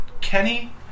Kenny